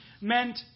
meant